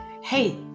Hey